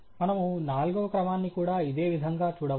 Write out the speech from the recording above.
మనము నాల్గవ క్రమాన్ని కూడా ఇదే విధంగా చూడవచ్చు